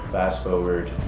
fast forward,